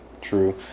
True